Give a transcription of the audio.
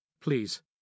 please